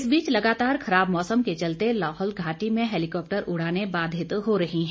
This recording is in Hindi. इस बीच लगातार खराब मौसम के चलते लाहौल घाटी में हैलीकॉप्टर उड़ाने बाधित हो रही है